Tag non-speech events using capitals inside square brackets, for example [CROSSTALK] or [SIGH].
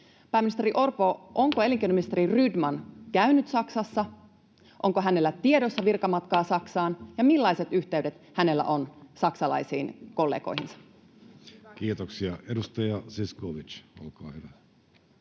[NOISE] onko elinkeinoministeri Rydman käynyt Saksassa, onko hänellä tiedossa virkamatkaa Saksaan ja millaiset yhteydet hänellä on saksalaisiin kollegoihinsa? Kiitoksia. — Edustaja Zyskowicz, olkaa hyvä.